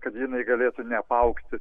kad jinai galėtų ne apaugti